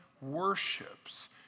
worships